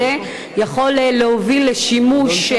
רם,